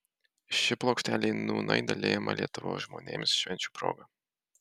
ši plokštelė nūnai dalijama lietuvos žmonėms švenčių proga